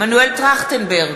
מנואל טרכטנברג,